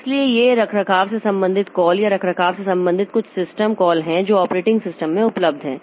इसलिए ये रखरखाव से संबंधित कॉल या रखरखाव से संबंधित कुछ सिस्टम कॉल हैं जो ऑपरेटिंग सिस्टम में उपलब्ध हैं